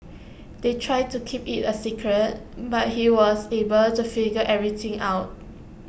they tried to keep IT A secret but he was able to figure everything out